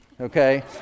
okay